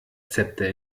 zepter